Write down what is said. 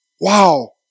Wow